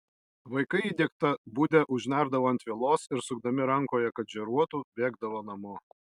vaikai įdegtą budę užnerdavo ant vielos ir sukdami rankoje kad žėruotų bėgdavo namo